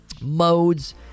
modes